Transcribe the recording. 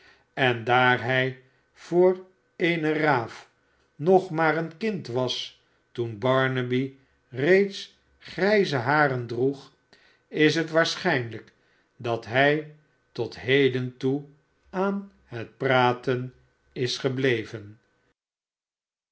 en daar hii voor eene raaf nog maar een kind was toen barnaby reeds grijze haren droeg is het waarschijnlijk dat hij tot heden toe aan het praten is gebleven